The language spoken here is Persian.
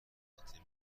خرد